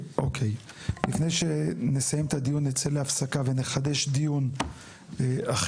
לפני שנסיים את הדיון נצא להפסקה ונחדש דיון אחר.